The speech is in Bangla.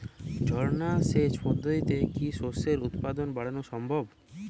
ঝর্না সেচ পদ্ধতিতে কি শস্যের উৎপাদন বাড়ানো সম্ভব?